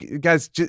guys